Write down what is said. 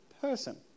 person